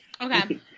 Okay